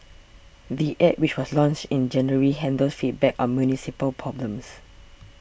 the App which was launched in January handles feedback on municipal problems